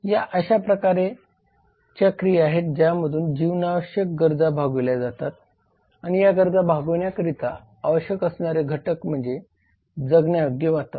या अशा क्रिया आहेत ज्यातून जीवनावश्यक गरजा भागविल्या जातात आणि या गरजा भागविण्याकरिता आवश्यक असणारे घटक म्हणजे जगण्यायोग्य वातावरण